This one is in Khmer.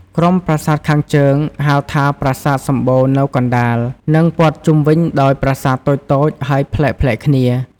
ក្រុមប្រាសាទខាងជើង ហៅថាប្រាសាទសំបូរនៅកណ្តាល និងពទ្ធ័ជុំវិញដោយប្រាសាទតូចៗ ហើយប្លែកៗគ្នា។